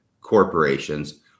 corporations